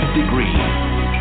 degree